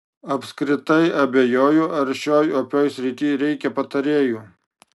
apskritai abejoju ar šioj opioj srity reikia patarėjų